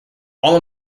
all